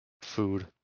food